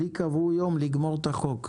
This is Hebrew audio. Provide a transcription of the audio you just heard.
לי קבעו יום לסיים את החוק.